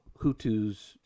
Hutus